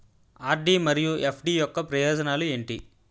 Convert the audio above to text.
RD మరియు FD యొక్క ప్రయోజనాలు ఏంటి?